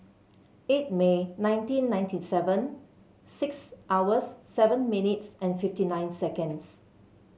eight May nineteen ninety seven six hours seven minutes and fifty nine seconds